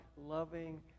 loving